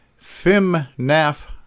Fimnaf